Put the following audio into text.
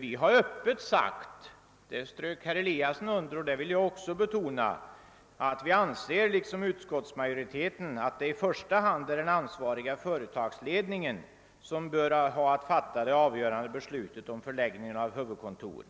Vi har öppet sagt — vilket herr Eliasson i Sundborn underströk och jag också vill betona — att vi i likhet med utskottets majoritet anser att det i första hand är den ansvariga företagsledningen som bör ha att fatta de avgörande besluten om förläggningen av huvudkontoret